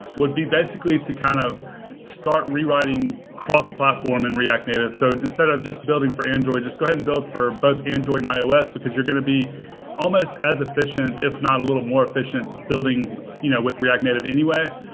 would be basically to kind of start rewriting cross-platform and react native. so instead of just building for android, just go ahead and build for both android and ios because you're going to be almost as efficient, if not, a little more efficient building you know with react native anyway.